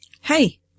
Hey